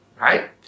right